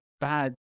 bad